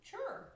Sure